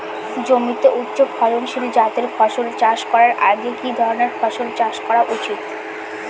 জমিতে উচ্চফলনশীল জাতের ফসল চাষ করার আগে কি ধরণের ফসল চাষ করা উচিৎ?